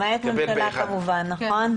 התקבל פה-אחד.